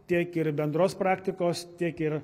tiek ir bendros praktikos tiek ir